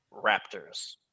Raptors